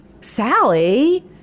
Sally